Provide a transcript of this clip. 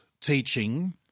teaching